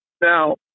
Now